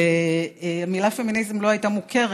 המילה "פמיניזם" לא הייתה מוכרת,